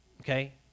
okay